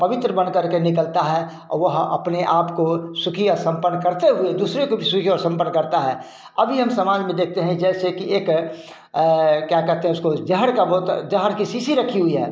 पवित्र बनकर के निकलता है वह अपने आपको सुखी और सम्पन्न करते हुए दूसरे को भी सुखी और सम्पन्न करता है अभी हम समाज में देखते हैं जैसे कि एक क्या कहते हैं उसको ज़हर का बोत ज़हर की शीशी रखी हुई है